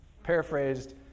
Paraphrased